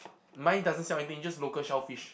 mine doesn't sell anything just local shellfish